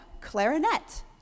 clarinet